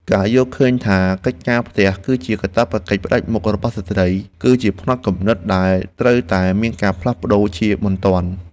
ការយល់ឃើញថាកិច្ចការផ្ទះគឺជាកាតព្វកិច្ចផ្តាច់មុខរបស់ស្ត្រី គឺជាផ្នត់គំនិតដែលត្រូវតែមានការផ្លាស់ប្តូរជាបន្ទាន់។